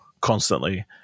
constantly